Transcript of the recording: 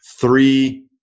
three